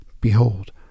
Behold